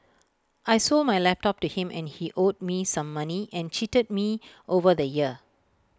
I sold my laptop to him and he owed me some money and cheated me over the year